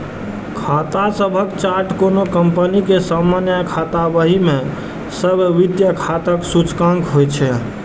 खाता सभक चार्ट कोनो कंपनी के सामान्य खाता बही मे सब वित्तीय खाताक सूचकांक होइ छै